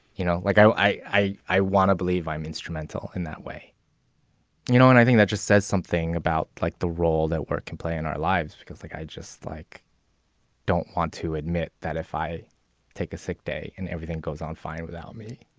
you know, like i i i want to believe i'm instrumental in that way you know, and i think that just says something about like the role that work can play in our lives because like, i just like don't want to admit that if i take a sick day and everything goes on, fine without me